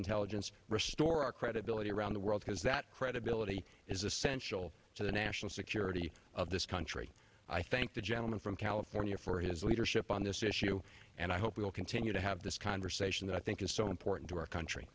intelligence restore our credibility around the world because that credibility is essential to the national security of this country i thank the gentleman from california for his leadership on this issue and i hope we will continue to have this conversation that i think is so important to our country